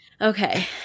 Okay